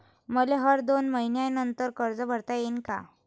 मले हर दोन मयीन्यानंतर कर्ज भरता येईन का?